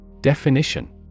Definition